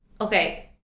okay